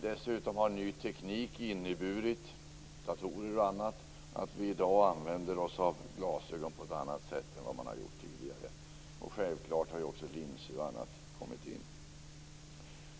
Dessutom har ny teknik, datorer och annat, inneburit att vi i dag använder oss av glasögon på annat sätt än tidigare. Linser och annat har kommit in.